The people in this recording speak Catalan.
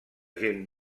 gent